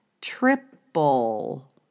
Triple